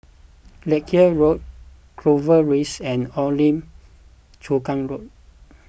Larkhill Road Clover Rise and Old Lim Chu Kang Road